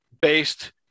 based